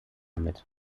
mit